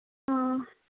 ꯑꯥ